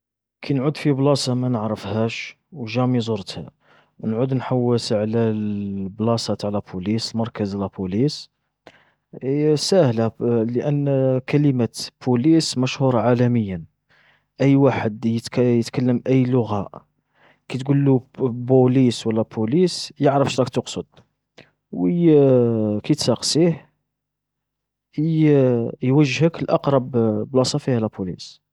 كي نعود في بلاصة مانعرفهاش وجامي زرتها، نعود نحوس على البلاصة نتع لابوليس، مركز لابوليس، هي ساهلة لأن كلمة بوليس مشهورة عالميا. أي واحد يتك-يتكلم أي لغة، كي تقولو ب-بوليس ولا بوليس، يعرف شراك تقصد. و كي تسقسيه، يوجهك لأقرب بلاصا فيها لا بوليس.